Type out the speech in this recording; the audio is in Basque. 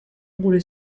gure